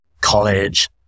college